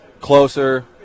closer